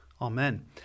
Amen